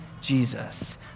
Jesus